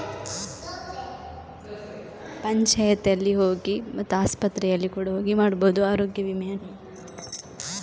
ಆರೋಗ್ಯ ವಿಮೆ ಮಾಡುವುದು ಹೇಗೆ?